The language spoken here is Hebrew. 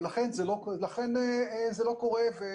לכן זה לא קורה.